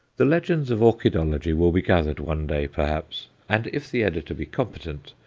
the legends of orchidology will be gathered one day, perhaps and if the editor be competent,